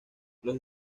los